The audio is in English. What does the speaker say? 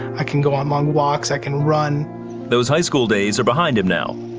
i can go on long walks. i can run those high school days are behind him now.